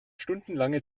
stundenlange